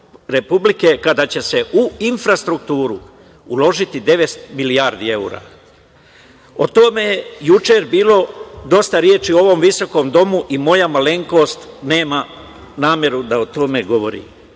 Republike, kada će se u infrastrukturu uložiti 900 milijardi evra. O tome je juče bilo dosta reči u ovom visokom domu i moja malenkost nema nameru da o tome